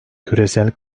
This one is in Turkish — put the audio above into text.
küresel